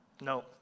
No